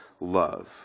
love